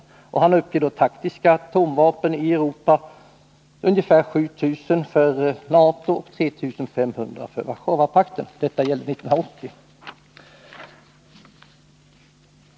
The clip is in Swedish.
Han uppger att NATO har ungefär 7 000 taktiska atomvapen i Europa, och Warszawapakten 3 500. Siffrorna gäller 1980.